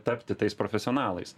tapti tais profesionalais